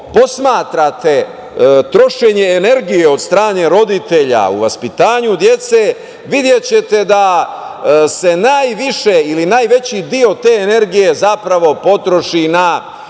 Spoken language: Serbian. posmatrate trošenje energije od strane roditelja u vaspitanju dece videćete da se najviše, ili najveći deo te energije potroši na